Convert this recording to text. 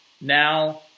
now